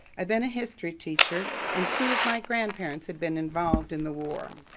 i'd been a history teacher and two of my grandparents had been involved in the war.